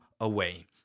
away